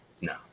no